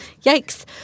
yikes